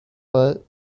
but